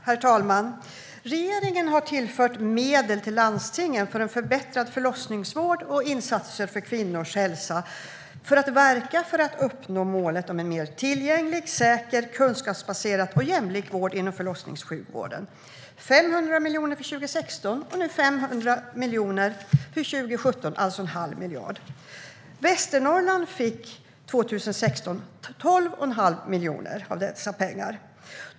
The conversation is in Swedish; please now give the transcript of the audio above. Herr talman! Regeringen har tillfört medel till landstingen för en förbättrad förlossningsvård och insatser för kvinnors hälsa för att verka för att uppnå målet om en mer tillgänglig, säker, kunskapsbaserad och jämlik vård inom förlossningssjukvården. Det är 500 miljoner för 2016, och nu 500 miljoner för 2017 - alltså en halv miljard. Västernorrland fick 2016 12 1⁄2 miljon av dessa pengar.